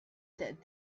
that